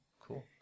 Cool